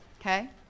okay